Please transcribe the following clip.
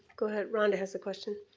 go ahead, rhonda has a question.